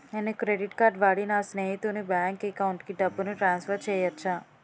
నేను credit card వాడి నా స్నేహితుని బ్యాంక్ అకౌంట్ కి డబ్బును ట్రాన్సఫర్ చేయచ్చా?